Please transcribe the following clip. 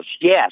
yes